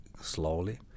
slowly